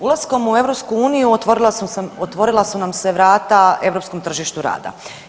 Ulaskom u EU, otvorila su nam se vrata europskom tržištu rada.